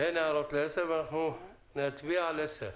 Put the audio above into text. נעבור להצבעה.